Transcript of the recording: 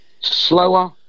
Slower